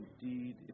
Indeed